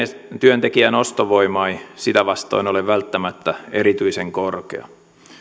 työntekijän ostovoima ei sitä vastoin ole välttämättä erityisen korkea